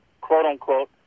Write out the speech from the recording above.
quote-unquote